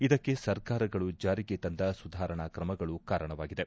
ಇದಕ್ಕೆ ಸರ್ಕಾರಗಳು ಜಾರಿಗೆ ತಂದ ಸುಧಾರಣಾ ಕ್ರಮಗಳು ಕಾರಣವಾಗಿದೆ